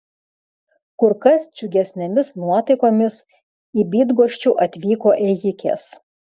kur kas džiugesnėmis nuotaikomis į bydgoščių atvyko ėjikės